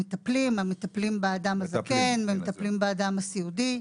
המטפלים באדם הזקן ומטפלים באדם הסיעודי.